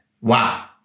Wow